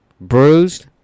Bruised